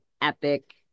epic